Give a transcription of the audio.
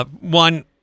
one